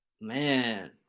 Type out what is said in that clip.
Man